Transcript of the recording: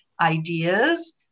ideas